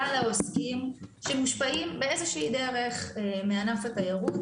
העוסקים שמושפעים באיזושהי דרך מענף התיירות.